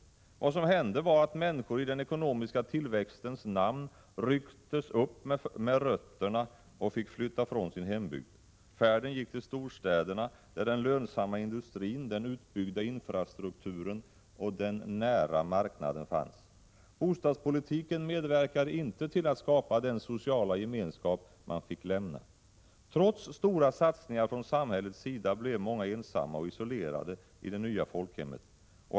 Vad som hände var att människor i den ekonomiska tillväxtens namn rycktes upp med rötterna och fick flytta från sin hembygd. Färden gick till storstäderna, där den lönsamma industrin, den utbyggda infrastrukturen och den nära marknaden fanns. Bostadspolitiken medverkade inte till att skapa den sociala gemenskap man fick lämna. Trots stora satsningar från samhällets sida blev många ensamma och isolerade i det nya folkhemmet.